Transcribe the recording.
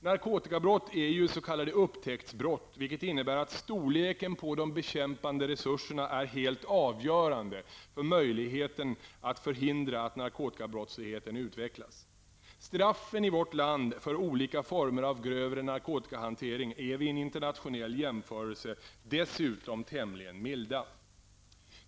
Narkotikabrott är ju s.k. upptäcktsbrott, vilket innebär att storleken på de bekämpande resurserna är helt avgörande för möjligheten att förhindra att narkotikabrottsligheten utvecklas. Straffen i vårt land för olika former av grövre narkotikahantering är vid en internationell jämförelse dessutom tämligen milda.